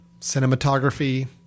cinematography